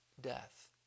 death